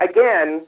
Again